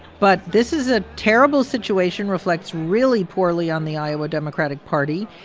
but this is a terrible situation, reflects really poorly on the iowa democratic party,